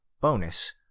bonus